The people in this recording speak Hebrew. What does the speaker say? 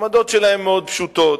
העמדות שלהן מאוד פשוטות.